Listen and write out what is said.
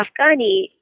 Afghani